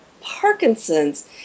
Parkinson's